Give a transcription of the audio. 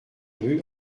rue